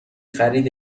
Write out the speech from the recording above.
خرید